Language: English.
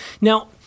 Now